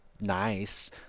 nice